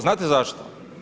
Znate zašto?